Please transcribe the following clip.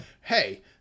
Hey